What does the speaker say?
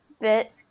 bit